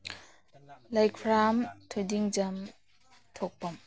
ꯂꯩꯈꯨꯔꯥꯝ ꯊꯣꯏꯗꯤꯡꯖꯝ ꯊꯣꯛꯄꯝ